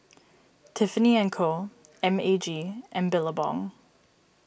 Tiffany and Co M A G and Billabong